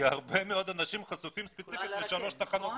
כי הרבה מאוד אנשים חשופים ספציפית לשלוש תחנות